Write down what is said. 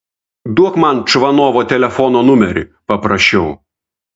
duok man čvanovo telefono numerį paprašiau